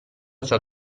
ciò